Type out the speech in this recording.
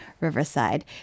Riverside